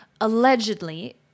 allegedly